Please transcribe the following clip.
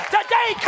Today